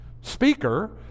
speaker